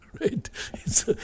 right